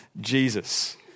Jesus